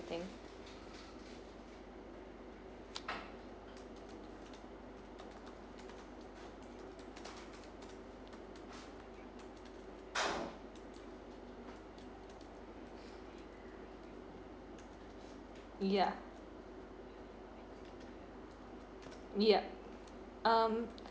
yeah yup um